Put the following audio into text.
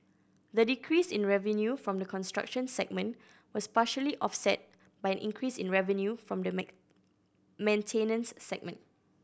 the decrease in revenue from the construction segment was partially offset by an increase in revenue from the main maintenance segment